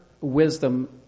wisdom